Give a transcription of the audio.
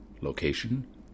Location